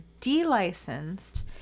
delicensed